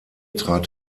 trat